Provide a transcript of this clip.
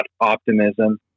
optimism